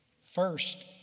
First